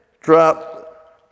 drop